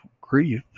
grief